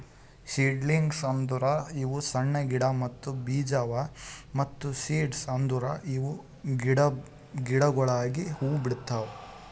seedlings ಅಂದುರ್ ಇವು ಸಣ್ಣ ಗಿಡ ಮತ್ತ್ ಬೀಜ ಅವಾ ಮತ್ತ ಸೀಡ್ಸ್ ಅಂದುರ್ ಇವು ಗಿಡಗೊಳಾಗಿ ಹೂ ಬಿಡ್ತಾವ್